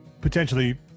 potentially